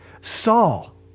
Saul